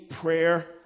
prayer